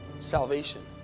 salvation